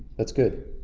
that's good.